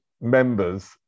members